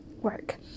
work